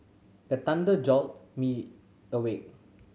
the thunder jolt me awake